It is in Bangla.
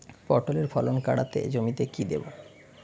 পটলের ফলন কাড়াতে জমিতে কি দেবো?